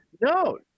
no